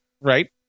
right